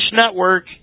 Network